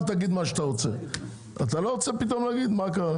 אין לי מה להגיד.